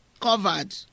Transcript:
Covered